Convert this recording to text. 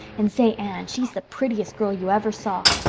and say, anne, she's the prettiest girl you ever saw.